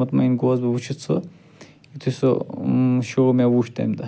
مُطمَعِن گوس بہٕ وُچھِتھ سُہ یُتھٕے سُہ شوٚو مےٚ وُچھ تَمہِ دۄہ